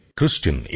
Christian